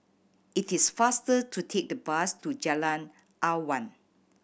it is faster to take the bus to Jalan Awan